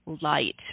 light